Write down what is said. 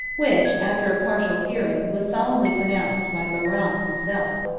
which, after a partial hearing, was solemnly pronounced by bahram himself.